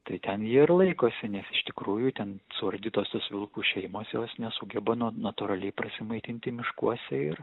tai ten jie ir laikosi nes iš tikrųjų ten suardytos tos vilkų šeimos jos nesugeba natūraliai prasimaitinti miškuose ir